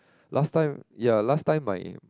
last time ya last time my